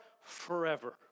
forever